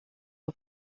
for